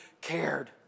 cared